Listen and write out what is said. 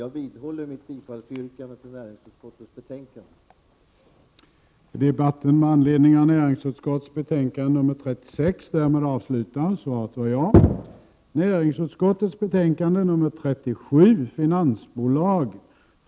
Jag vidhåller mitt yrkande om bifall till hemställan i näringsutskottets betänkande 36.